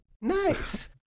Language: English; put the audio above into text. Nice